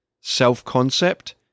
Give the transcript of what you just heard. self-concept